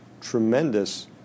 tremendous